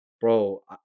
bro